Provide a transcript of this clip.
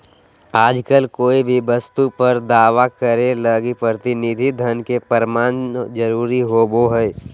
आजकल कोय भी वस्तु पर दावा करे लगी प्रतिनिधि धन के प्रमाण जरूरी होवो हय